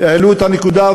העלו את הנקודה,